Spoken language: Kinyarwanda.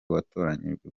watoranyijwe